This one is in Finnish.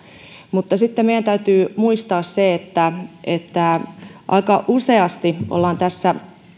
mutta sitten meidän täytyy muistaa se että että aika useasti ollaan tässä